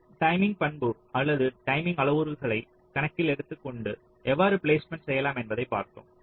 நாம் டைமிங் பண்பு அல்லது டைமிங் அளவுருக்களை கணக்கில் எடுத்துக்கொண்டு எவ்வாறு பிளேஸ்மெண்ட் செய்யலாம் என்பதை பார்த்தோம்